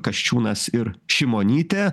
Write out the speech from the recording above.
kasčiūnas ir šimonytė